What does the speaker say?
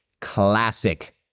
classic